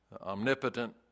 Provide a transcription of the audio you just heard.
omnipotent